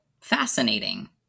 fascinating